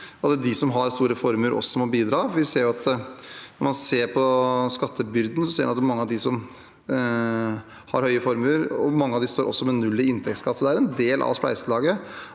de som har store formuer, også må bidra. Når man ser på skattebyrden, ser man at mange av dem som har høye formuer, også står med null i inntektsskatt. Det er en del av spleiselaget